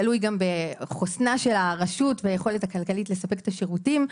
גם תלוי בחוסנה של הרשות וביכולת הכלכלית לספק את השירותים.